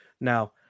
Now